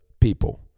people